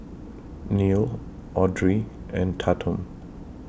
Neal Audry and Tatum